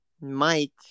Mike